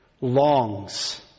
longs